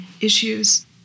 issues